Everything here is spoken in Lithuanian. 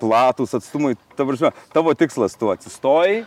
platūs atstumai ta prasme tavo tikslas tu atsistojai